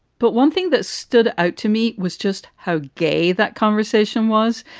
but one thing that stood out to me was just how gay that conversation was.